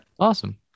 Awesome